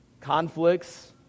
conflicts